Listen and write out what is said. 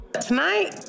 Tonight